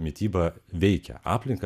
mityba veikia aplinką